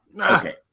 okay